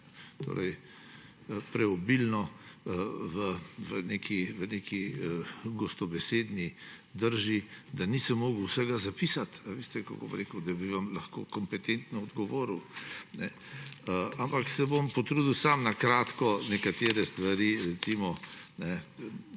malo preobilno v neki gostobesedni drži, nisem mogel vsega zapisati, veste – kako bi rekel? – da bi vam lahko kompetentno odgovoril. Ampak se bom potrudil na kratko na nekatere stvari odgovoriti.